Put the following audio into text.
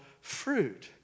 fruit